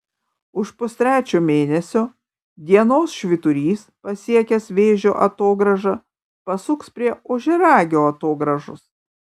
už pustrečio mėnesio dienos švyturys pasiekęs vėžio atogrąžą pasuks prie ožiaragio atogrąžos